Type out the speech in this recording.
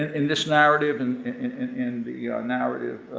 and this narrative and and and the narrative,